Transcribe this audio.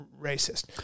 racist